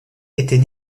était